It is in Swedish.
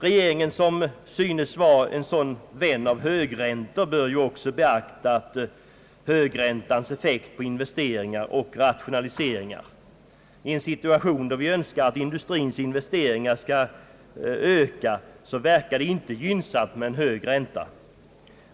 Regeringen, som synes vara en sådan vän av högräntor, bör också beakta högräntans effekt på investeringar och rationaliseringar. I en situation då vi Önskar att industrins investeringar skall öka verkar det icke gynnnsamt med hög ränta.